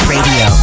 Radio